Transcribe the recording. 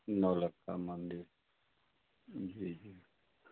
नौलखा मन्दिर जी जी